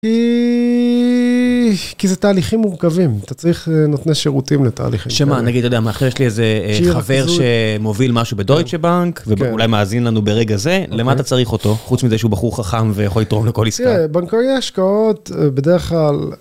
כי זה תהליכים מורכבים, אתה צריך נותני שירותים לתהליכים כאלה. שמה, נגיד, אתה יודע, מה, עכשיו יש לי איזה חבר שמוביל משהו בדויטשה בנק, ואולי מאזין לנו ברגע זה, למה אתה צריך אותו? חוץ מזה שהוא בחור חכם ויכול לתרום לכל עסקה. תראה, בנקאי השקעות, בדרך כלל...